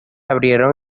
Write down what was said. abrieron